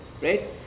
right